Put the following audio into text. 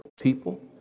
people